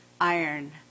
iron